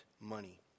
money